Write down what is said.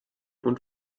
und